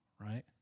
right